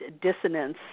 dissonance